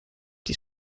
die